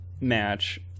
match